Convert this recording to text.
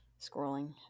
scrolling